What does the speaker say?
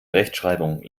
rechtschreibung